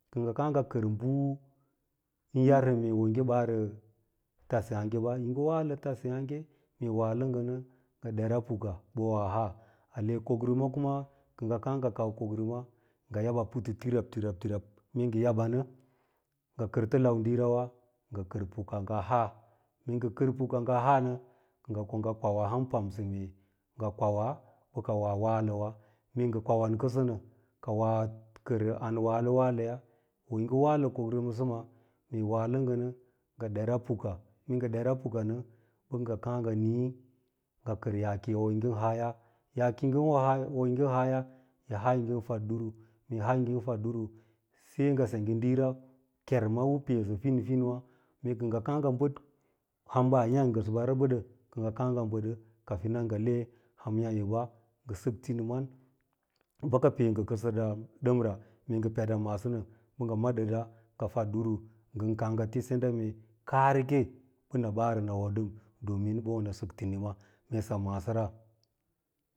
Kɚ ngɚ kàà ngɚ kɚr bɚ ɚn yarsɚ mee wo yi ngɚ watɚ tasyààgeɓa, yi ngɚ watɚ tasyààge, mee yi walɚ ngɚ nɚ ngɚ ɗeraa puka awoa haa ale kokrima kuma kɚ ngɚ kàà ngɚ kau kokrima ngɚ yabbaa putu tirab-tirab tirab, mee ngɚ yabba nɚ ngɚ kɚrtɚ lau diirawa ngɚ kɚr puka a haa mee ngɚ kɚr puka haa, ko ngaa haa nɚ kɚ ngɚ ko ngɚ kwau a ham pamsɚ mee a kwauwa pɚ ko waa walɚwa, mee ngɚ kwauwan kɚnso nɚ koa kɚr an walɚ-walɚ ya wo yi ngɚ walɚ kokrimasɚma na ee yi walɚ ngɚ kokrimasɚma nɚ ko ngɚ ɗeraa puka mee ngɚ deraa pukanɚ pɚ ngɚ kàà ngɚ nii ngɚ kɚr yaa ki yi wo yin haa ya, yaa ki yi wo yin haaya, yi haa yi ngɚn faɗ ɗuru, mee yi haa yi ngɚn faɗ ɗuru sai ngɚ sengge ɗiira kerma u peesɚ fin finwa mee kɚ ngɚ kàà ngɚ ngɚ bɚd han ba yan ngɚsɚba rɚbɚɗɗɚ kɚ ngɚ kàà ngɚ ɓɚɗɚ kafin nan ngɚ le ham yààyoɓa, ngɚ sɚk tiniman bɚka pee ngɚ kɚnso nɚ pɚ ngɚ ma ɗɚɗa ngɚ fad ɗuru ngɚn kàà ngɚ ti senda mee kaare ke pɚ nɚ ɓaarɚ nɚ wo ɗɚm domin pɚ wo nɚ sɚk tin ima, mee sem maasora.